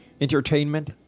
entertainment